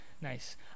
nice